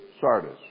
Sardis